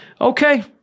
Okay